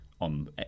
on